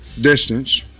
distance